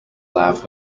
laugh